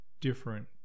different